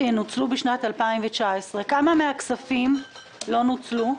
וינוצלו בשנת 2019. כמה מהכספים לא נוצלו?